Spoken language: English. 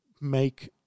make